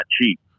cheap